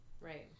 right